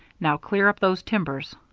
now clear up those timbers.